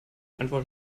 antwort